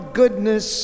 goodness